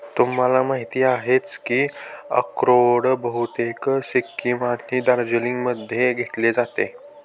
तुम्हाला माहिती आहेच की अक्रोड बहुतेक सिक्कीम आणि दार्जिलिंगमध्ये घेतले जाते